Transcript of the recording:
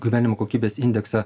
gyvenimo kokybės indeksą